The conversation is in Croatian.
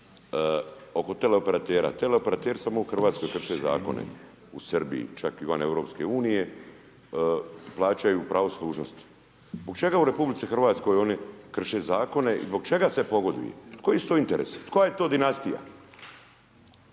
oko tele operatera. Tele operateri samo u RH krše Zakone. U Srbiji, čak i van EU plaćaju pravo služnosti. Zbog čega u RH oni krše Zakone i zbog čega se pogoduje? Koji su to interesi? Koja je to dinastija,